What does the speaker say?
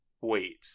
wait